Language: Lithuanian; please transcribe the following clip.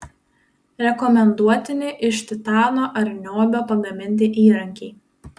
rekomenduotini iš titano ar niobio pagaminti įrankiai